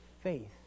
faith